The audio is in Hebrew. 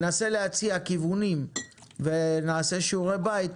ננסה להציע כיוונים ונעשה שיעורי בית.